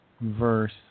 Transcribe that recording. verse